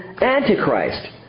Antichrist